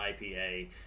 IPA